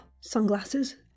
Sunglasses